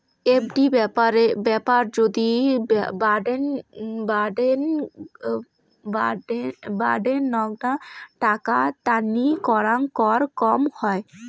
FD ব্যাপার যদি বাডেনগ্না টাকা তান্নি করাং কর কম হই